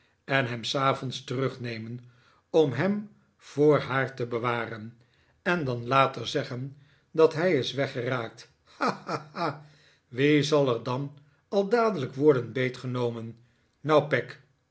en hem s avonds terugnemen om hem voor haar te bewaren en dan later zeggen dat hij is weggeraakt ha ha ha wie zal er dan al dadelijk worden beetgenomen nou peg